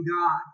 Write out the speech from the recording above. God